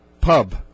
pub